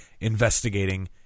investigating